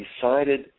decided